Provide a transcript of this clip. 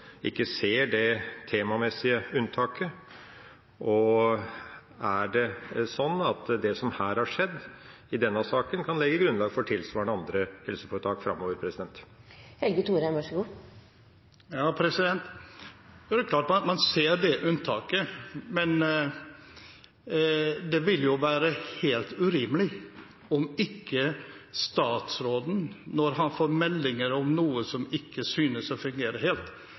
ikke ser det temamessige unntaket? Og er det sånn at det som her har skjedd, i denne saken, kan legge grunnlag for andre helseforetak framover? Det er klart at man ser det unntaket, men det ville jo være helt urimelig om statsråden, når han får meldinger om noe som ikke synes å fungere helt,